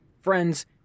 Friends